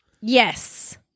Yes